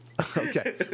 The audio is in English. Okay